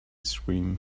scream